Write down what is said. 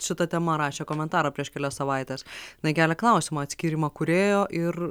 šita tema rašė komentarą prieš kelias savaites jinai kelia klausimą atskyrimą kūrėjo ir